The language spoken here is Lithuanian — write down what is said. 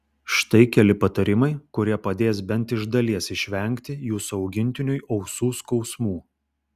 štai keli patarimai kurie padės bent iš dalies išvengti jūsų augintiniui ausų skausmų